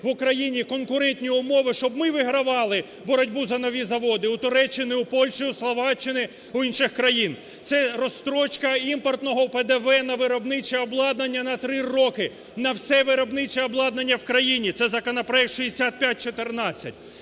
в Україні конкуренті умови, щоб ми вигравали боротьби за нові заводи у Туреччини, у Польщі, у Словаччини, у інших країн. Це розстрочка імпортного ПДВ на виробниче обладнання на 3 роки, на все виробниче обладнання в країні, це законопроект 6514.